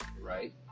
Right